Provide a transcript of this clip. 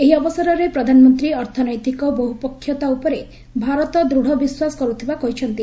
ଏହି ଅବସରରେ ପ୍ରଧାନମନ୍ତ୍ରୀ ଅର୍ଥନୈତିକ ବହୁପକ୍ଷୀୟତା ଉପରେ ଭାରତ ଦୂଢ଼ ବିଶ୍ୱାସ କରୁଥିବା କହିଛନ୍ତି